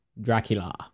Dracula